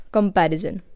Comparison